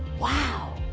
wow,